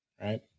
right